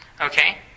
Okay